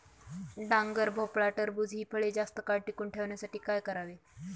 डांगर, भोपळा, टरबूज हि फळे जास्त काळ टिकवून ठेवण्यासाठी काय करावे?